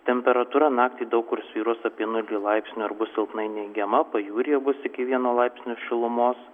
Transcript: temperatūra naktį daug kur svyruos apie nulį laipsnių ar bus silpnai neigiama pajūryje bus iki vieno laipsnio šilumos